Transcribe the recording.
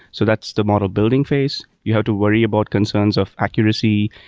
so that's the model building phase. you have to worry about concerns of accuracy,